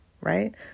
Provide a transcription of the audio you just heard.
right